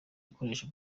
ikoresha